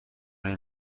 این